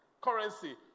currency